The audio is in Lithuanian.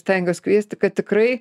stengiuos kviesti kad tikrai